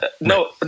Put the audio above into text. no